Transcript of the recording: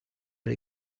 but